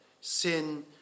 sin